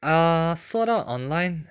ah sword art online